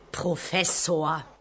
Professor